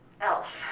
else